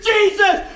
Jesus